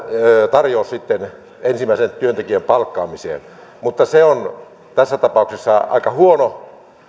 tarjous sitten ensimmäisen työntekijän palkkaamiseen mutta se on tässä tapauksessa aika huono